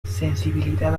sensibilidad